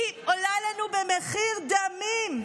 היא עולה לנו במחיר דמים,